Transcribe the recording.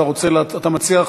אתה מציע,